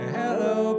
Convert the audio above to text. hello